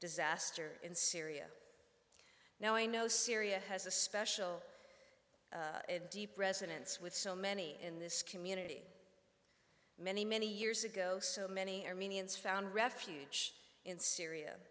disaster in syria now i know syria has a special deep resonance with so many in this community many many years ago so many armenians found refuge in syria